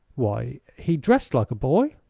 why, he dressed like a boy,